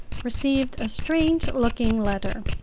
received a strange-looking letter.